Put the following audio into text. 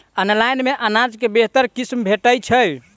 Online मे अनाज केँ बेहतर किसिम भेटय छै?